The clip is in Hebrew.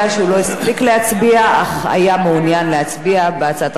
להצביע אך היה מעוניין להצביע על הצעת החוק הקודמת.